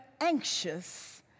anxious